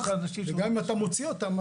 וגם אם אתה מוציא אותם,